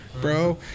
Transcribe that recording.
bro